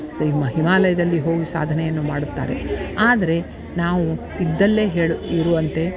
ಸ ಹಿಮ್ ಹಿಮಾಲಯದಲ್ಲಿ ಹೋಗಿ ಸಾಧನೆಯನ್ನು ಮಾಡುತ್ತಾರೆ ಆದರೆ ನಾವು ಇದ್ದಲ್ಲೇ ಹೇಳ್ ಇರುವಂತೆ